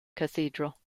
cathedral